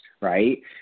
Right